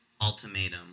ultimatum